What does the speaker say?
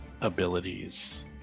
abilities